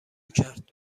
کرد